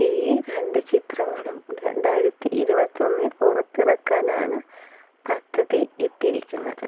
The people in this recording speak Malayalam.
ഈ രണ്ട് ചിത്രങ്ങളും രണ്ടായിരത്തി ഇരുപത്തൊന്നിൽ പുറത്തിറക്കാനാണ് പദ്ധതി ഇട്ടിരിക്കുന്നത്